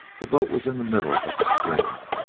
the boat was in the middle of the stream.